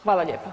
Hvala lijepa.